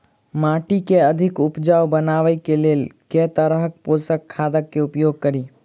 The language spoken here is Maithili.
माटि केँ अधिक उपजाउ बनाबय केँ लेल केँ तरहक पोसक खाद केँ उपयोग करि?